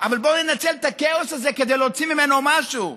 אבל בוא ננצל את הכאוס הזה כדי להוציא ממנו משהו.